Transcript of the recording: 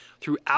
throughout